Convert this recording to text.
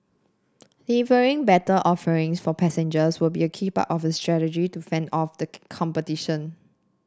delivering better offering for passengers will be a key part of its strategy to fend off the competition